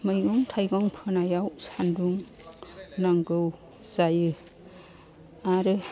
मैगं थाइगं फोनायाव सान्दुं नांगौ जायो आरो